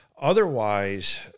Otherwise